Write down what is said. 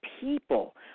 people